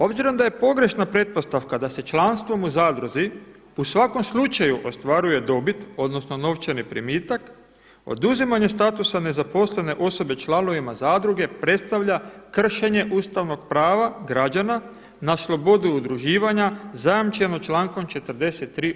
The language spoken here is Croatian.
Obzirom da je pogrešna pretpostavka da se članstvom u zadruzi u svakom slučaju ostvaruje dobit odnosno novčani primitak, oduzimanje statusa nezaposlene osobe članovima zadruge predstavlja kršenje ustavnog prava građana na slobodu udruživanja, zajamčenu člankom 43.